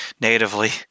natively